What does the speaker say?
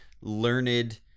learned